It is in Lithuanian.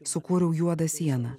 sukūriau juodą sieną